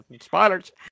Spoilers